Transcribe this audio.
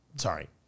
Sorry